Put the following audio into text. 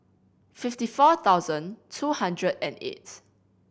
fifty four thousand two hundred and eight